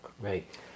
Right